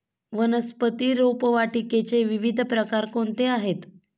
वनस्पती रोपवाटिकेचे विविध प्रकार कोणते आहेत?